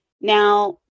Now